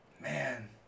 man